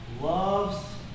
loves